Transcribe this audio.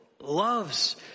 loves